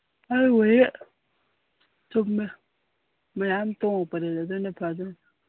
ꯑꯗꯨꯕꯨꯗꯤ ꯆꯨꯝꯃꯦ ꯃꯌꯥꯝ ꯇꯣꯡꯉꯛꯄꯗꯗꯤ ꯑꯗꯨꯅ ꯐꯗꯣꯏꯅꯤ